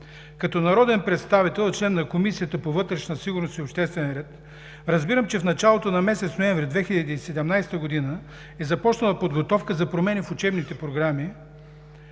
Като народен представител, член на Комисията по вътрешна сигурност и обществен ред, разбирам, че в началото на месец ноември 2017 г. е започнала подготовка за промени в учебните програми,